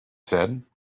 said